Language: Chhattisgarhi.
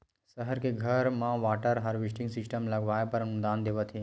सहर के घर म वाटर हारवेस्टिंग सिस्टम लगवाए बर अनुदान देवत हे